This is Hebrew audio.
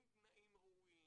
עם תנאים ראויים,